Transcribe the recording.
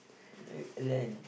uh learn